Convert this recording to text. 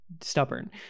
stubborn